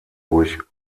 durch